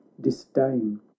disdain